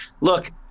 look